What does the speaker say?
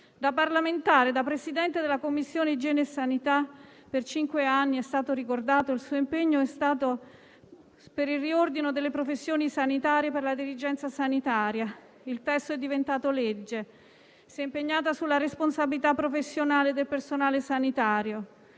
Da parlamentare e da Presidente della Commissione igiene e sanità per cinque anni - è stato ricordato - il suo impegno è stato per il riordino delle professioni sanitarie e per la dirigenza sanitaria. Il testo è diventato legge. Si è impegnata sulla responsabilità professionale del personale sanitario